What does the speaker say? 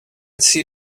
see